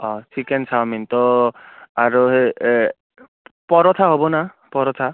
অ' chicken chowmein ত' আৰু সেই পৰঠা হ'বনা পৰঠা